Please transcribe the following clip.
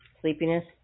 Sleepiness